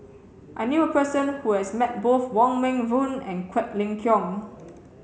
I knew a person who has met both Wong Meng Voon and Quek Ling Kiong